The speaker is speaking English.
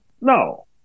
No